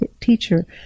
teacher